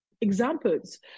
examples